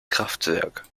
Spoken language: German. kraftwerk